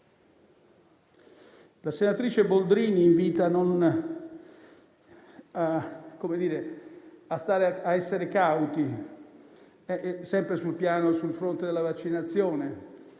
La senatrice Boldrini invita a essere cauti, sempre sul fronte della vaccinazione.